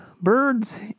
birds